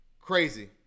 Crazy